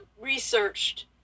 researched